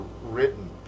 written